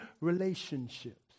relationships